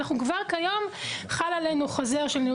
כבר כיום חל עלינו חוזר של ניהול